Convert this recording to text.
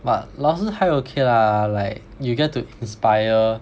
but 老师还 okay lah like you get to inspire